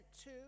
two